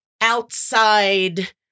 outside